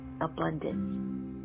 abundance